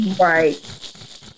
Right